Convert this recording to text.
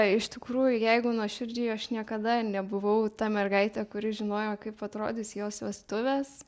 iš tikrųjų jeigu nuoširdžiai aš niekada nebuvau ta mergaitė kuri žinojo kaip atrodys jos vestuvės